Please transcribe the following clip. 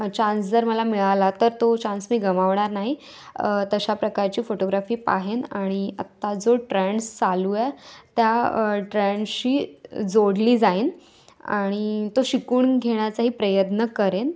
chance जर मला मिळाला तर तो चान्स मी गमावणार नाही तशा प्रकारची फोटोग्राफी पाहेन आणि आत्ता जो ट्रॅन्डस् चालू आहे त्या ट्रॅन्डस्शी जोडली जाईन आणि तो शिकून घेण्याचाही प्रयत्न करेन